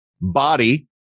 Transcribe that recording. body